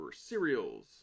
cereals